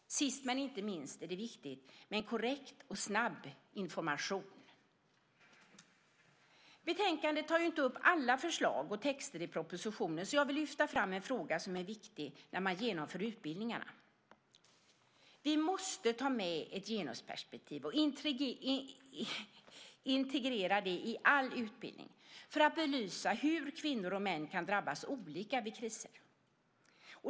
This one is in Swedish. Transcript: Sist, men inte minst, är det viktigt med korrekt och snabb information. Betänkandet tar inte upp alla förslag och texter i propositionen. Jag vill därför lyfta fram en fråga som är viktig när utbildningarna genomförs. Vi måste ha ett genusperspektiv och integrera det i all utbildning just för att belysa att kvinnor och män kan drabbas olika vid kriser.